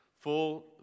Full